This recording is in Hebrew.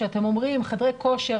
שאתם אומרים: חדרי כושר,